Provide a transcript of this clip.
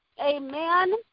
Amen